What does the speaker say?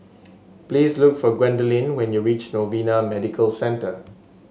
please look for Gwendolyn when you reach Novena Medical Centre